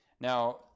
Now